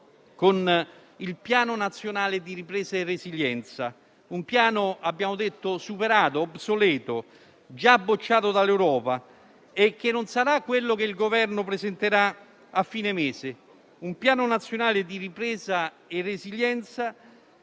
con il Piano nazionale di ripresa e resilienza; un piano che abbiamo detto essere superato e obsoleto, già bocciato dall'Europa e che non sarà quello che il Governo presenterà a fine mese che sarà, invece, un Piano nazionale di ripresa e resilienza